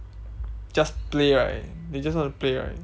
just play right they just want to play right